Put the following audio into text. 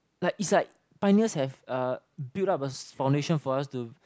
like it's like pioneers have uh built up a foundation for us to